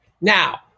Now